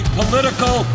political